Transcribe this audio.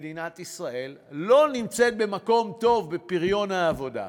מדינת ישראל לא נמצאת במקום טוב בפריון העבודה,